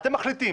אתם מחליטים